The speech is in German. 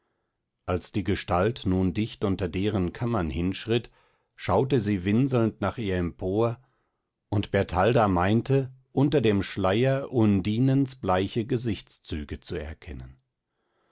als die gestalt nun dicht unter deren kammern hinschritt schaute sie winselnd nach ihr empor und bertalda meinte unter dem schleier undinens bleiche gesichtszüge zu erkennen